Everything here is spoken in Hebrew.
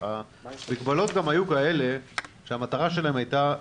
המגבלות גם היו כאלה שהמטרה שלהם הייתה